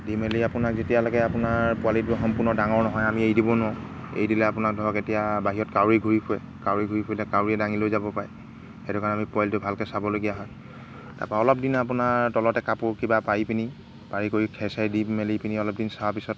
দি মেলি আপোনাৰ যেতিয়ালৈকে আপোনাৰ পোৱালিটো সম্পূৰ্ণ ডাঙৰ নহয় আমি এৰি দিব নোৱাৰোঁ এৰি দিলে আপোনাক ধৰক এতিয়া বাহিৰত কাউৰী ঘূৰি ফুৰে কাউৰী ঘূৰি ফুৰিলে কাউৰীয়ে দাঙি লৈ যাব পাৰে সেইটো কাৰণে আমি পোৱালিটো ভালকৈ চাবলগীয়া হয় তাৰপৰা অলপ দিন আপোনাৰ তলতে কাপোৰ কিবা পাৰি পিনি পাৰি কৰি খেৰ চেৰ দি মেলি পিনি অলপ দিন চোৱা পিছত